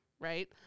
right